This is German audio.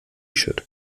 shirt